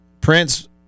Prince